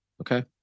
Okay